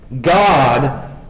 God